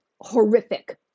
horrific